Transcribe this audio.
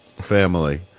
family